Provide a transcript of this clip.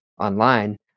online